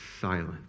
Silent